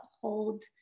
hold